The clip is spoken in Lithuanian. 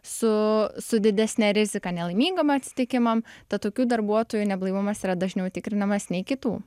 su su didesne rizika nelaimingam atsitikimam tad tokių darbuotojų neblaivumas yra dažniau tikrinamas nei kitų